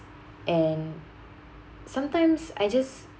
and sometimes I just